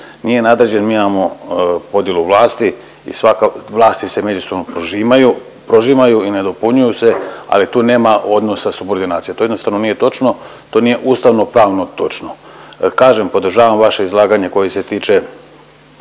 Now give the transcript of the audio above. nije nadređen mi imamo podjelu vlasti i svakako vlasti se međusobno prožimaju, prožimaju i nadopunjuju se ali tu nema odnosa subordinacije. To jednostavno nije točno. To nije ustavnopravno točno. Kažem podržavam vaše izlaganje koje se tiče